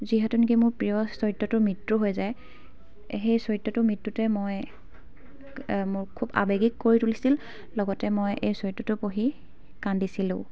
যিহেতুনিকি মোৰ প্ৰিয় চৰিত্ৰটোৰ মৃত্যু হৈ যায় সেই চৰিত্ৰটোৰ মৃত্যুতে মই মোৰ খুব আৱেগিক কৰি তুলিছিল লগতে মই এই চৰিত্ৰটো পঢ়ি কান্দিছিলোঁও